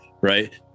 right